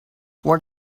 what